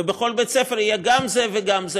ובכל בית-ספר יהיה גם זה וגם זה,